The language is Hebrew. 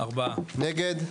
מי נגד?